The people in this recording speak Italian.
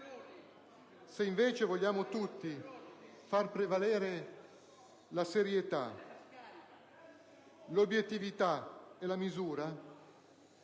Se invece vogliamo tutti far prevalere la serietà, l'obiettività e la misura,